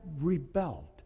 rebelled